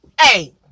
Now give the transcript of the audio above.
Hey